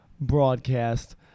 broadcast